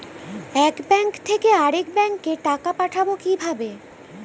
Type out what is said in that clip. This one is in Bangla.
এক ব্যাংক থেকে আরেক ব্যাংকে টাকা পাঠাবো কিভাবে?